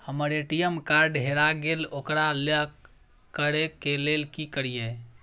हमर ATM card हेरा गेल ओकरा लॉक करै के लेल की करियै?